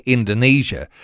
Indonesia